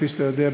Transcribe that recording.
כפי שאתה יודע,